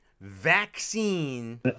Vaccine